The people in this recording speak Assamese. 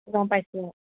গম পাইছোঁ